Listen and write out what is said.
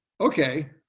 Okay